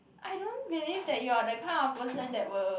I don't believe that you are the kind of person that will